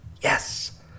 yes